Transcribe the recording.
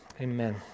Amen